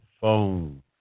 phone